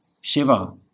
Shiva